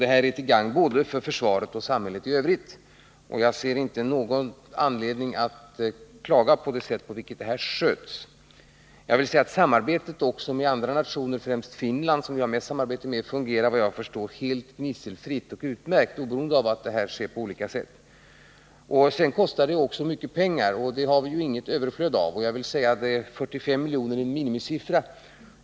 Det här är till gagn både för försvaret och samhället i övrigt. Jag ser inte någon anledning att klaga på det sätt på vilket det här arbetet sköts. Samarbetet med andra nationer, främst Finland, som vi har mest samarbete med, fungerar vad jag förstår helt gnisselfritt och utmärkt, oberoende av att bemanningen sker på olika sätt. Sedan kostar det också mycket pengar att ändra bemanningssättet, och pengar har vi inget överflöd av. 45 miljoner, som nämns i svaret, är en minimisiffra.